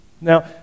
Now